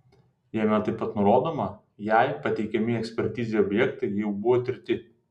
jame taip pat nurodoma jei pateikiami ekspertizei objektai jau buvo tirti